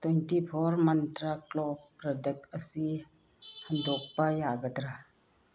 twenty four ꯃꯟꯇ꯭ꯔꯥ ꯀ꯭ꯂꯣꯕ ꯄ꯭ꯔꯗꯛ ꯑꯁꯤ ꯍꯟꯗꯣꯛ ꯌꯥꯒꯗ꯭ꯔꯥ